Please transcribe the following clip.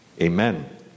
Amen